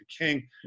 King